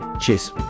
Cheers